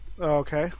okay